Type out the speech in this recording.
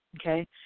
Okay